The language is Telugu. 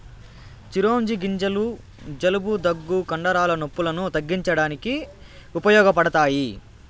చిరోంజి గింజలు జలుబు, దగ్గు, కండరాల నొప్పులను తగ్గించడానికి ఉపయోగపడతాయి